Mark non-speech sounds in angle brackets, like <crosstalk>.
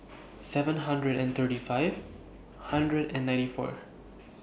<noise> seven hundred and thirty five <noise> hundred and ninety four